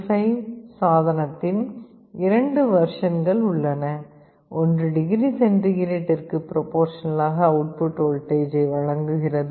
35 சாதனத்தின் இரண்டு வெர்ஷன்கள் உள்ளன ஒன்று டிகிரி சென்டிகிரேடிற்கு ப்ரொபோர்ஷனலாக அவுட் புட் வோல்டேஜை வழங்குகிறது